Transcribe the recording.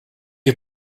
you